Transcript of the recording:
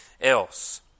else